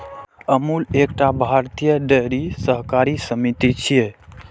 अमूल एकटा भारतीय डेयरी सहकारी समिति छियै